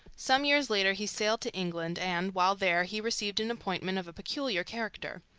some years later he sailed to england, and, while there, he received an appointment of a peculiar character.